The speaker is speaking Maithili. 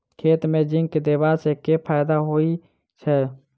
खेत मे जिंक देबा सँ केँ फायदा होइ छैय?